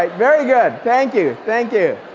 like very good. thank you. thank you.